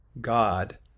God